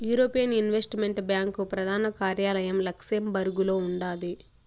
European investment bank ప్రదాన కార్యాలయం లక్సెంబర్గులో ఉండాది